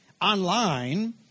online